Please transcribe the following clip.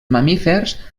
mamífers